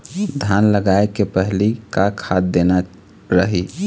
धान लगाय के पहली का खाद देना रही?